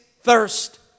thirst